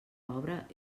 obra